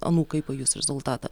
anūkai pajus rezultatą